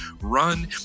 run